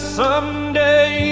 someday